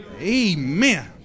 Amen